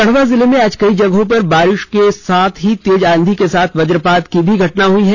गढ़वा जिले में आज कई जगह पर बारिश होने के साथ ही तेज आंधी के साथ वजपात की भी घटना हुई है